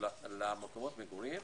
למקומות המגורים,